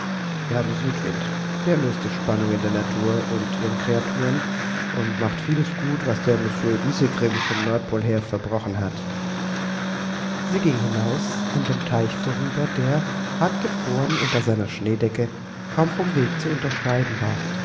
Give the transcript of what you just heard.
wir haben südwind der löst die spannung in der natur und ihren kreaturen und macht vieles gut was der mosje isegrimm vom nordpol her verbrochen hat sie ging hinaus an dem teich vorüber der hartgefroren unter seiner schneedecke kaum vom wege zu unterscheiden war